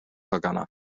haganah